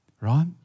right